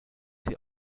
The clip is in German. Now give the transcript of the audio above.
sie